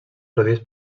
produïdes